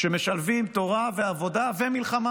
שמשלבים תורה ועבודה ומלחמה.